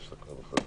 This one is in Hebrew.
את הפרטים,